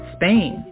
Spain